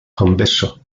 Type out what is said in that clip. convexo